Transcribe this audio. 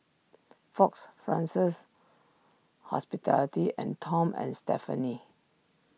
Fox Fraser's Hospitality and Tom and Stephanie